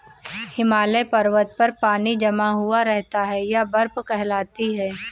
हिमालय पर्वत पर पानी जमा हुआ रहता है यह बर्फ कहलाती है